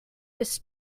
this